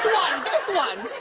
this one.